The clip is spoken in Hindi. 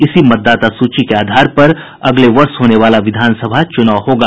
इसी मतदाता सूची के आधार पर अगले वर्ष होने वाला विधानसभा चुनाव होगा